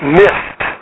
missed